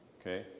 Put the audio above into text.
Okay